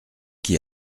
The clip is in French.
qui